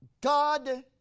God